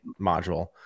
module